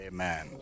Amen